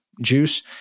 juice